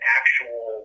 actual